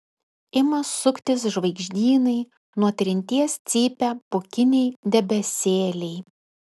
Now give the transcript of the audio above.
ima suktis žvaigždynai nuo trinties cypia pūkiniai debesėliai